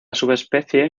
subespecie